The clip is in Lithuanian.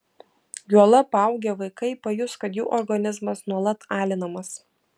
juolab paaugę vaikai pajus kad jų organizmas nuolat alinamas